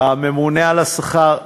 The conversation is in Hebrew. הממונה על השכר,